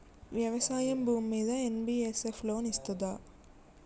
వ్యవసాయం భూమ్మీద NBFS loan ఇస్తదా?